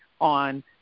on